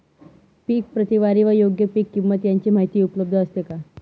पीक प्रतवारी व योग्य पीक किंमत यांची माहिती उपलब्ध असते का?